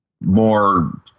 more